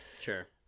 Sure